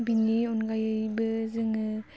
बिनि अनगायैबो जोङो